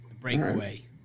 Breakaway